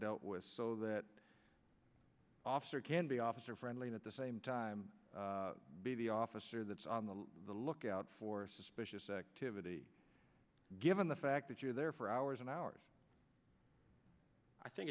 dealt with so that officer can be officer friendly and at the same time be the officer that's on the lookout for suspicious activity given the fact that you're there for hours and hours i think